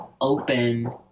open